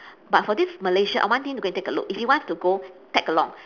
but for this malaysia I want him to go take a look if he wants to go tag along